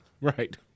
Right